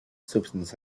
substance